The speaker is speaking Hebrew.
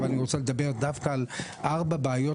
אבל אני רוצה לדבר דווקא על ארבע בעיות